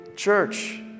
church